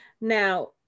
Now